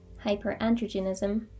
hyperandrogenism